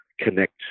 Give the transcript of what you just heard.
connect